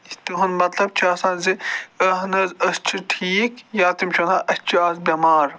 یہِ چھِ تِہُنٛد مطلب چھِ آسان زِ اَہن حظ أسۍ چھِ ٹھیٖک یا تِم چھِ وَنان أسۍ چھِ آز بٮ۪مار